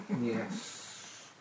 Yes